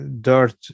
dirt